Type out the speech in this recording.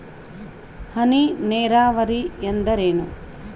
ಹನಿ ನೇರಾವರಿ ಎಂದರೇನು?